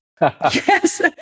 Yes